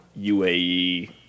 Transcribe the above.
UAE